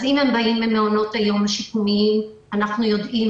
אם הם באים ממעונות היום השיקומיים אנחנו יודעים